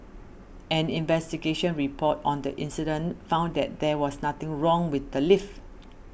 an investigation report on the incident found that there was nothing wrong with the lift